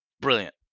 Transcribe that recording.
brilliant